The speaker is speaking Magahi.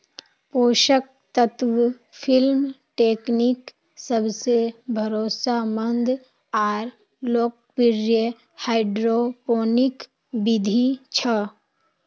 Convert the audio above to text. पोषक तत्व फिल्म टेकनीक् सबसे भरोसामंद आर लोकप्रिय हाइड्रोपोनिक बिधि छ